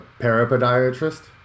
parapodiatrist